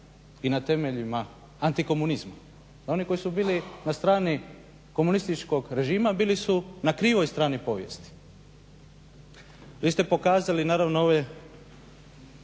i na temeljima antikomunizma. Oni koji su bili na strani komunističkog režima bili su na krivoj strani povijesti. Vi ste pokazali naravno ove